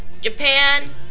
Japan